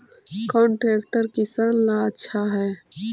कौन ट्रैक्टर किसान ला आछा है?